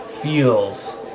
feels